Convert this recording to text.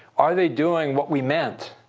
are they doing what we meant?